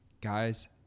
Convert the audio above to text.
Guys